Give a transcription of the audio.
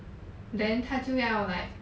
then 他就要 like